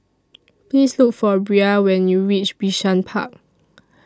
Please Look For Bria when YOU REACH Bishan Park